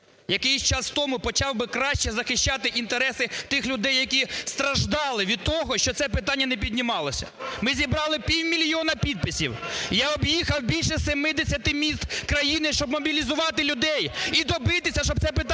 який зараз в тому почав би краще захищати інтереси тих людей, які страждали від того, що це питання не піднімалося. Ми зібрали півмільйона підписів, я об'їхав більше 70 міст країни, щоб мобілізувати людей і добитися, щоб це питання стояло,